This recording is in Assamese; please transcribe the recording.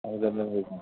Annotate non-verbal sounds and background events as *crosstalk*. *unintelligible*